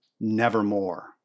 nevermore